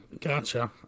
Gotcha